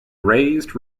raised